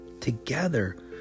together